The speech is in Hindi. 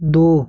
दो